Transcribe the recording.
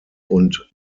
und